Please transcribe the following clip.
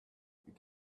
you